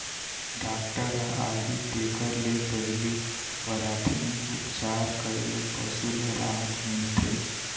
doctor ह आही तेखर ले पहिली पराथमिक उपचार करे ले पशु ल राहत मिलथे